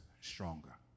stronger